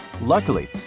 Luckily